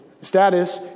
Status